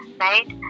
right